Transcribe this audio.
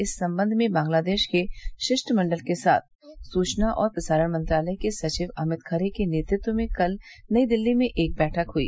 इस संबंध में बंगलादेश के शिष्टमण्डल के साथ सूचना और प्रसारण मंत्रालय के सचिव अमित खरे के नेतृत्व में कल नई दिल्ली में एक बैठक हुई